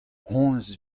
honnezh